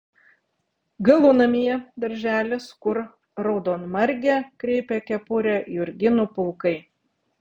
galunamyje darželis kur raudonmargę kreipia kepurę jurginų pulkai